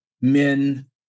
men